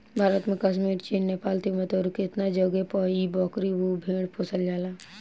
भारत में कश्मीर, चीन, नेपाल, तिब्बत अउरु केतना जगे पर इ बकरी अउर भेड़ के पोसल जाला